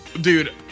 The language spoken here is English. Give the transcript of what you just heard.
Dude